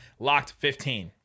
LOCKED15